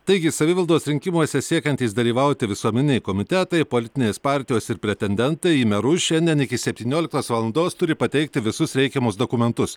taigi savivaldos rinkimuose siekiantys dalyvauti visuomeniniai komitetai politinės partijos ir pretendentai į merus šiandien iki septynioliktos valandos turi pateikti visus reikiamus dokumentus